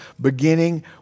beginning